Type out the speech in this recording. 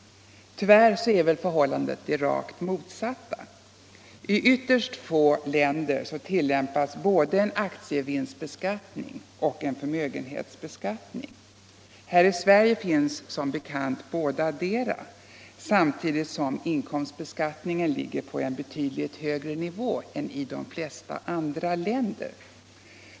Tyvärr är väl förhållandet det rakt motsatta. I ytterst få länder tillämpas såväl en aktievinstbeskattning som en förmögenhetsbeskattning. Här i Sverige finns som bekant bådadera, samtidigt som inkomstbeskattningen ligger på en betydlig högre nivå än i de flesta andra länder.